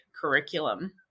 curriculum